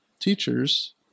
teachers